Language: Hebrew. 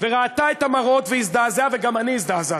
וראתה את המראות והזדעזעה, וגם אני הזדעזעתי.